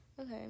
Okay